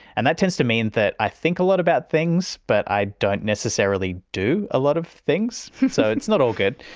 and that tends to mean that i think a lot about things, but i don't necessarily do a lot of things. so it's not all good.